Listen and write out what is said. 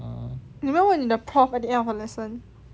你有没有问你的 prof at the end of her lesson